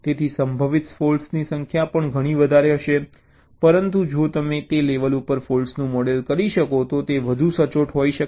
તેથી સંભવિત ફૉલ્ટ્સની સંખ્યા પણ ઘણી વધારે હશે પરંતુ જો તમે તે લેવલ ઉપર ફૉલ્ટ્સનું મોડેલ કરી શકો તો તે વધુ સચોટ હશે